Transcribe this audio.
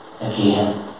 again